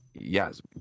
yes